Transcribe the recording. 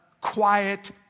quiet